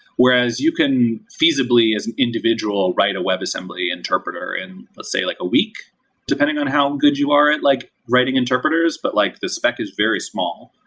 whereas you can feasibly, as an individual, write a webassembly interpreter in, let's say, like a week depending on how good you are at like writing interpreters. but like the spec is very small,